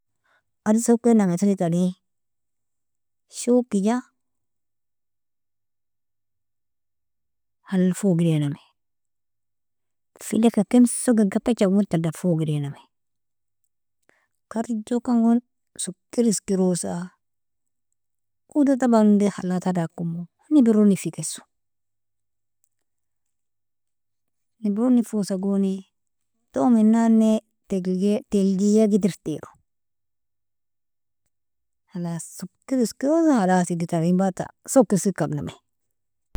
Adeska okinanga firgikani, shukija, halal fogh'idenamie, fileka kemso kir gakcha tadan fogh'idename, karjokan goni sukir iskirosa, udog taban undie halata dakumu, nibirrog nifikessu, nibirro nifosa goni tomin nane teglia tilgia idirrteru, khalas sukkir iskirosa khalasili tarin bata sokk'iskir kabname.